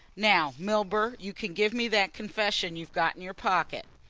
now, milburgh, you can give me that confession you've got in your pocket.